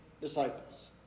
disciples